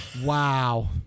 Wow